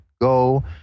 go